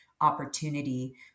opportunity